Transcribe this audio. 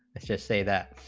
it's just say that